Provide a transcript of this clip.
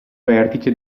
vertice